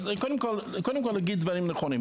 אז קודם כל להגיד דברים נכונים.